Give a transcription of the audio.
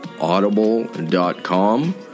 Audible.com